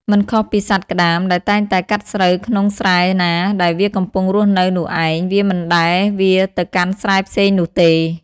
មិនខុសពីសត្វក្តាមដែលតែងតែកាត់ស្រូវក្នុងស្រែណា ដែលវាកំពុងរស់នៅនោះឯង វាមិនដែលវារទៅកាន់ស្រែផ្សេងនោះទេ ។